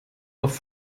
auf